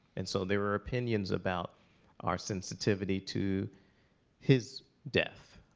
and so, there were opinions about our sensitivity to his death.